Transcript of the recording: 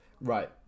right